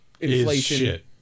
inflation